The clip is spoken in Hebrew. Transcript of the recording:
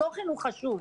התוכן הוא חשוב.